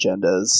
agendas